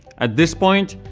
at this point,